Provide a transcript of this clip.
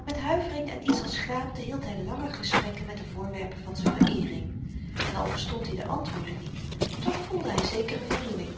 met huivering en iets als schaamte hield hy lange gesprekken met de voorwerpen van z'n vereering en al verstond i de antwoorden niet toch voelde hy zekere voldoening